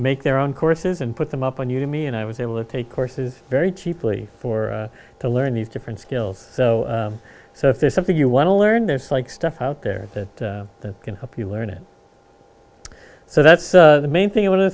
make their own courses and put them up on you to me and i was able to take courses very cheaply for to learn these different skills so so if there's something you want to learn it's like stuff out there that can help you learn it so that's the main thing i want to